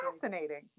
fascinating